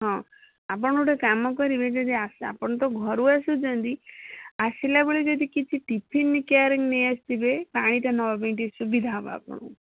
ହଁ ଆପଣ ଗୋଟେ କାମ କରିବେ ଯଦି ଆପଣ ତ ଘରୁ ଆସୁଛନ୍ତି ଆସିଲାବେଳେ ଯଦି କିଛି ଟିଫିନ୍ କେୟାର ନେଇଆସିବେ ପାଣିଟା ନେବା ପାଇଁ ଟିକିଏ ସୁବିଧା ହେବ ଆପଣଙ୍କୁ